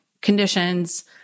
conditions